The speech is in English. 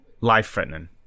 life-threatening